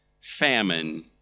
famine